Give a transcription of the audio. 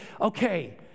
okay